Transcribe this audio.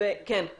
את הוראת השעה.